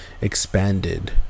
expanded